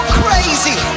crazy